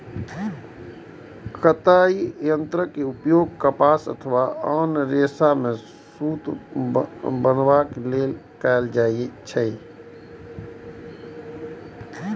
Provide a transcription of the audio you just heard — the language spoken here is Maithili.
कताइ यंत्रक उपयोग कपास अथवा आन रेशा सं सूत बनबै लेल कैल जाइ छै